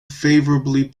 favorably